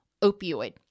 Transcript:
opioid